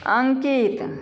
अंकित